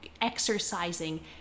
exercising